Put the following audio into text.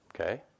Okay